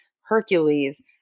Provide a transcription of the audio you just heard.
Hercules